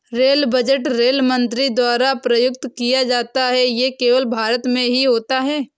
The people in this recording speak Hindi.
रेल बज़ट रेल मंत्री द्वारा प्रस्तुत किया जाता है ये केवल भारत में ही होता है